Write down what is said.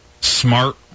smart